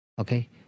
okay